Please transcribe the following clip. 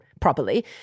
properly